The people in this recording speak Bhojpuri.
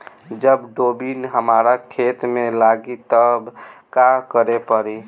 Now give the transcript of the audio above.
जब बोडिन हमारा खेत मे लागी तब का करे परी?